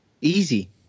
Easy